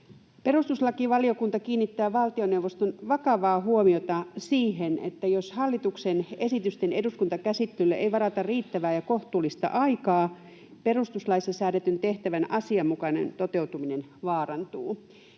Perustuslakivaliokunta kiinnittää valtioneuvoston vakavaa huomiota siihen, että jos hallituksen esitysten eduskuntakäsittelylle ei varata riittävää ja kohtuullista aikaa, perustuslaissa säädetyn tehtävän asianmukainen toteutuminen vaarantuu.